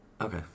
Okay